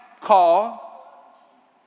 call